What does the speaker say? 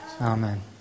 Amen